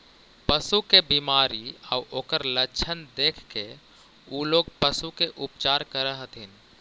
पशु के बीमारी आउ ओकर लक्षण देखके उ लोग पशु के उपचार करऽ हथिन